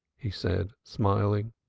he said smiling.